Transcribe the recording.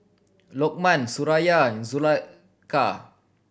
Lokman Suraya and Zulaikha